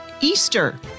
Easter